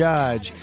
Judge